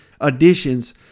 additions